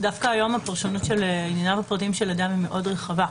דווקא היום הפרשנות של ענייניו הפרטיים של אדם היא מאוד רחבה.